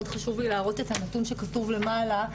חשוב לי להראות את הנתון שכתוב למעלה,